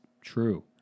true